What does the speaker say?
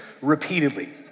repeatedly